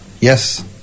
Yes